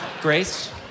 grace